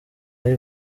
live